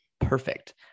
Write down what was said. perfect